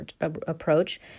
approach